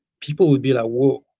people would be like whoa,